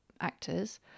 actors